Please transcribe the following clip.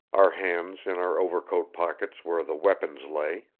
our hands in our overcoat pockets where the weapons lay.